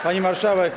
Pani Marszałek!